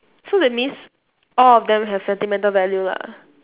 so that means all of them have sentimental value lah